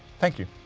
thank you.